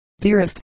Dearest